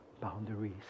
boundaries